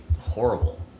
horrible